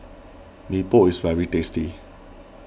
Mee Pok is very tasty